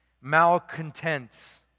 malcontents